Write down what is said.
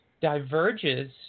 diverges